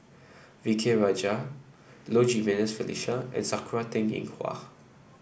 V K Rajah Low Jimenez Felicia and Sakura Teng Ying Hua